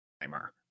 timer